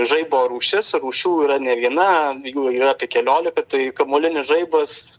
žaibo rūšis rūšių yra ne viena jų yra keliolika tai kamuolinis žaibas